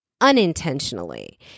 unintentionally